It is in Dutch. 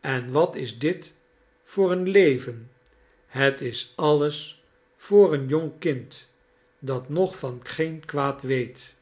en wat is dit voor een leven het is alles voor een jong kind dat nog van geen kwaad weet